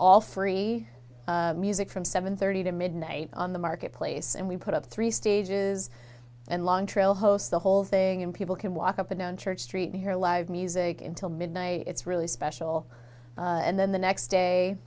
all free music from seven thirty to midnight on the marketplace and we put up three stages and long trail hosts the whole thing and people can walk up and down church street hear live music until midnight it's really special and then the next day